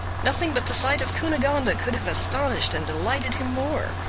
nothing but the sight of cunegonde could have astonished and delighted him more.